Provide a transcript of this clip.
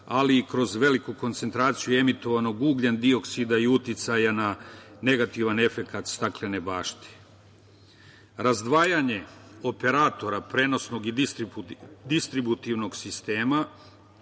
ali i kroz veliku koncentraciju emitovanog ugljen dioksida i uticaja na negativan efekat staklene bašte. Razdvajanje operatora, prenosnog i distributivnog sistema,